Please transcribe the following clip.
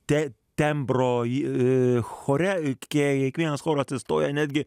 te tembro chore kiekvienas choras atsistoja netgi